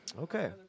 okay